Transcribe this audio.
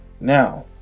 Now